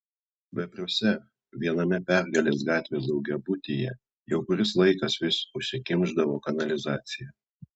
vepriuose viename pergalės gatvės daugiabutyje jau kuris laikas vis užsikimšdavo kanalizacija